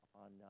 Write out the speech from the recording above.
on